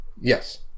Yes